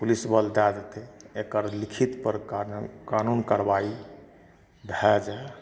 पुलिसबल दए देतै एकर लिखित पर कानून कानूनी कारबाइ भए जाय